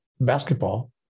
basketball